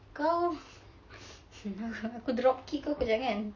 kau aku drop kick kau kau jangan